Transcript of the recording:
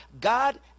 god